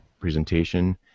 presentation